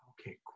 Okay